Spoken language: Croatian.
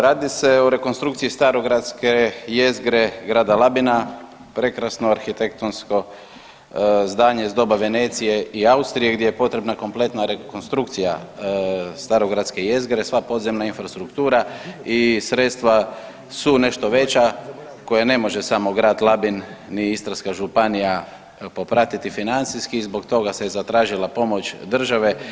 Radi se o rekonstrukciji starogradske jezgre grada Labina, prekrasno arhitektonsko zdanje iz doba Venecije i Austrije gdje je potrebna kompletna rekonstrukcija starogradske jezgre, sva podzemna infrastruktura i sredstva su nešto veća koja ne može samo grad Labin ni Istarska županija popratiti financijski i zbog toga se i zatražila pomoć države.